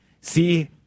See